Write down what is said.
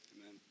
Amen